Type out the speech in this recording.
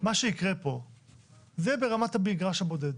מה שיקרה פה זה ברמת המגרש המודל.